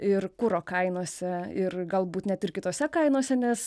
ir kuro kainose ir galbūt net ir kitose kainose nes